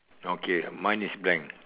okay mine is blank